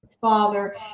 father